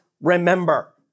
remember